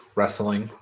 Wrestling